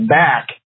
back